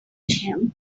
him